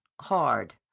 Hard